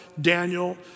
Daniel